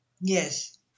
Yes